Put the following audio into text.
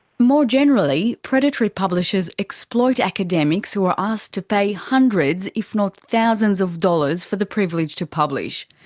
more generally, predatory publishers exploit academics who are asked to pay hundreds if not thousands of dollars for the privilege to publish.